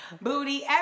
booty